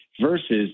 versus